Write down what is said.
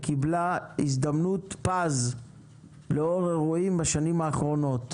וקיבלה הזדמנות פז לאור אירועים בשנים האחרונות,